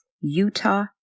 Utah